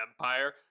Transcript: Empire